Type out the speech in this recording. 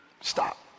Stop